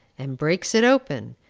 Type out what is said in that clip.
and breaks it open,